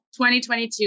2022